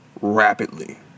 rapidly